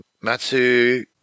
Matsu